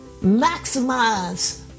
maximize